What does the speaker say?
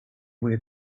where